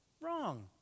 wrong